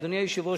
אדוני היושב-ראש,